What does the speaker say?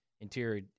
interior